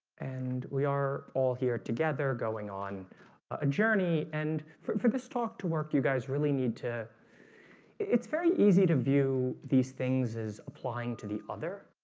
and we are all here together going on a journey. and for this talk to work you guys really need to it's very easy to view these things as applying to the other.